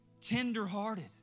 Tender-hearted